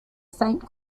saint